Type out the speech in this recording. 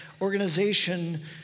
organization